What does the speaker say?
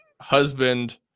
husband